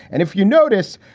and if you notice,